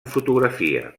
fotografia